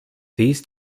these